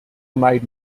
made